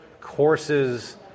courses